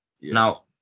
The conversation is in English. Now